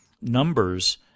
numbers